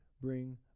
bring